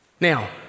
Now